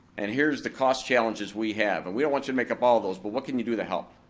and here's the cost challenges we have, and we don't want you to make up all of those, but what can you do to help?